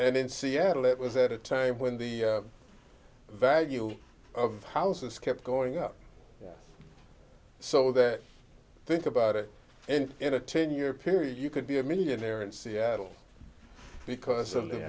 and in seattle it was at a time when the value of houses kept going up so that think about it and in a ten year period you could be a millionaire in seattle because of